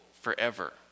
forever